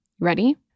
Ready